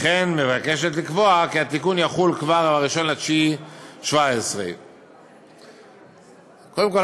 וכן היא מבקשת לקבוע כי התיקון יחול כבר מ-1 בספטמבר 2017. קודם כול,